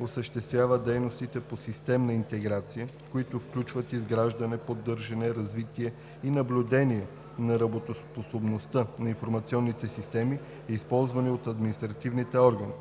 осъществява дейностите по системна интеграция, които включват изграждане, поддържане, развитие и наблюдение на работоспособността на информационните системи, използвани от административните органи;“